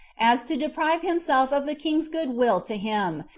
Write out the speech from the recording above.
as to deprive himself of the king's good-will to him,